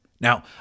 Now